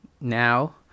now